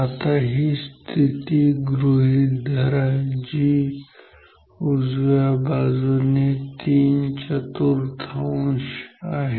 आता ही स्थिती गृहीत धरा जी उजव्या बाजूने तीन चतुर्थांश आहे